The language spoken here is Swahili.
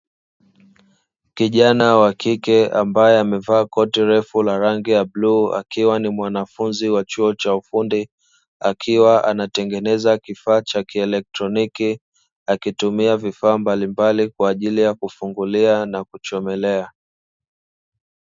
Kijana wa kike ambaye amevaa koti refu la rangi ya bluu akiwa ni mwanafunzi wa chuo cha ufundi akiwa na anatengeneza kifaa cha kielektroniki akitumia vifaa mbalimbali kwa ajili ya kufungulia na kuchomelea.